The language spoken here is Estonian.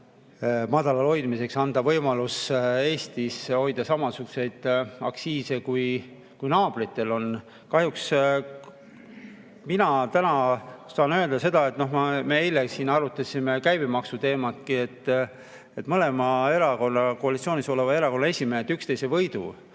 madalal hoidmiseks anda võimalus Eestis hoida samasuguseid aktsiise, kui naabritel on. Kahjuks mina täna saan öelda seda, et me eile siin arutasime käibemaksu teemat, ja mõlema koalitsioonis oleva erakonna esimehed räägivad üksteise võidu,